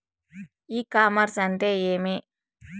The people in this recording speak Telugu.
ఇ కామర్స్ అంటే ఏమి?